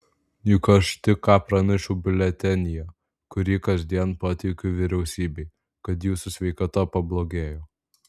juk aš tik ką pranešiau biuletenyje kurį kasdien pateikiu vyriausybei kad jūsų sveikata pablogėjo